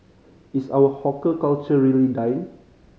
is our hawker culture really dying